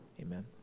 amen